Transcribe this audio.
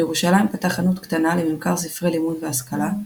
בירושלים פתח חנות קטנה לממכר ספרי לימוד והשכלה,